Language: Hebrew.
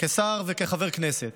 כשר וכחבר כנסת.